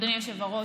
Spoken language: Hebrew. אדוני היושב-ראש,